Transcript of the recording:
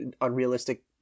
unrealistic